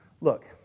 Look